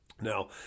Now